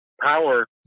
power